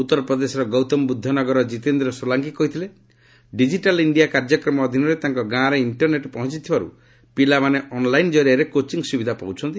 ଉତ୍ତରପ୍ରଦେଶର ଗୌତମ ବୁଦ୍ଧ ନଗରର ଜିତେନ୍ଦ୍ର ସୋଲଙ୍କି କହିଥିଲେ ଡିଜିଟାଲ୍ ଇଣ୍ଡିଆ କାର୍ଯ୍ୟକ୍ରମ ଅଧୀନରେ ତାଙ୍କ ଗାଁରେ ଇଷ୍କରନେଟ୍ ପହଞ୍ଚଥିବାରୁ ପିଲାମାନେ ଅନ୍ଲାଇନ୍ ଜରିଆରେ କୋଚିଂ ସୁବିଧା ପାଉଛନ୍ତି